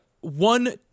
one